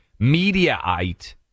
Mediaite